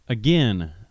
Again